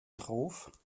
drauf